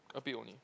a bit only